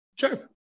Sure